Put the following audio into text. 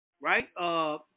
right